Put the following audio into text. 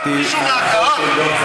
בבקשתי, גברתי.